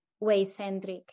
weight-centric